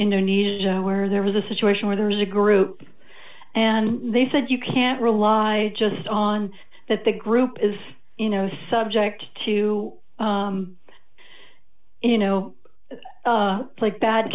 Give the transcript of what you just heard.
indonesia where there was a situation where there is a group and they said you can't rely just on that the group is you know subject to you know